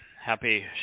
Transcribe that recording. Happy